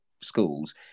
schools